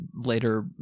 later